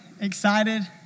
excited